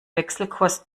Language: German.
wechselkurs